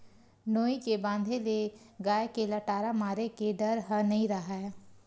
नोई के बांधे ले गाय के लटारा मारे के डर ह नइ राहय